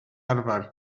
arfer